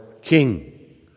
King